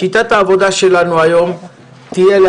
מה